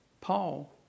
Paul